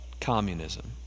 communism